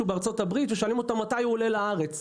בארצות-הברית ושואלים אותו מתי הוא עולה לארץ.